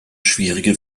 schwierige